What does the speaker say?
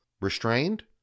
restrained